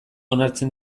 onartzen